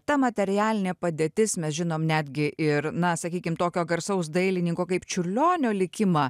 ta materialinė padėtis mes žinom netgi ir na sakykim tokio garsaus dailininko kaip čiurlionio likimą